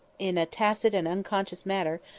in a tacit and unconscious manner,